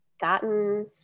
gotten